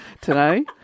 today